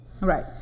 Right